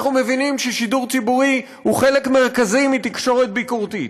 אנחנו מבינים ששידור ציבורי הוא חלק מרכזי מתקשורת ביקורתית,